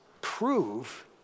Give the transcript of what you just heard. prove